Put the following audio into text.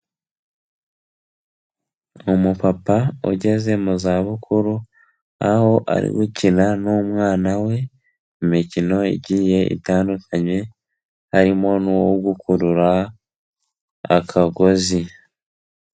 Umupapa ugeze mu zabukuru, aho ari gukina n'umwana we, imikino igiye itandukanye, harimo n'uwo gukurura akagozi.